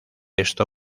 esto